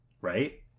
right